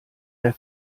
der